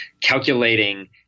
calculating